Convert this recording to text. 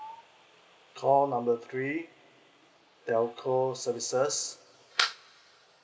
call number three telco services